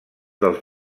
dels